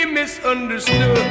misunderstood